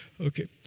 Okay